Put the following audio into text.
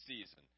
season